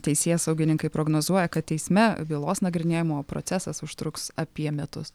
teisėsaugininkai prognozuoja kad teisme bylos nagrinėjimo procesas užtruks apie metus